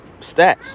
stats